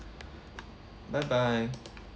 bye bye